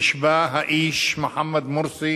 נשבע האיש מוחמד מורסי